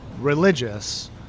religious